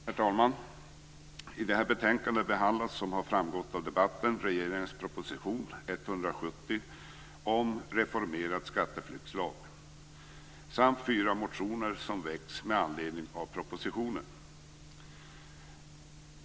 Herr talman! I det här betänkandet behandlas, som har framgått av debatten, regeringens proposition 1996/97:170 om en reformerad skatteflyktslag samt fyra motioner som har väckts med anledning av propositionen.